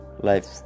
life